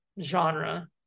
genre